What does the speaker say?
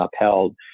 upheld